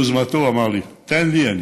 ביוזמתו, אמר לי: תן לי, אני